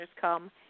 come